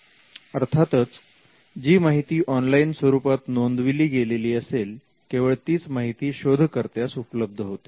अर्थातच जी माहिती ऑनलाइन स्वरूपात नोंदविली गेलेली असेल केवळ तीच माहिती शोधकर्त्यास उपलब्ध होते